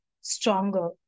stronger